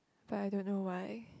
but I don't know why